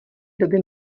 doby